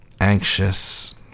Anxious